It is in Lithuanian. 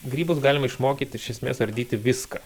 grybus galima išmokyti iš esmės ardyti viską